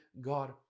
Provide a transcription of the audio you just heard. God